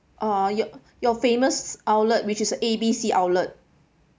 uh your your famous outlet which is A B C outlet